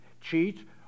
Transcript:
cheat